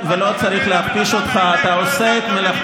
הוא מכפיש אותנו ואתה קורא אותנו לסדר?